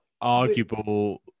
arguable